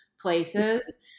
places